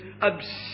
obsessed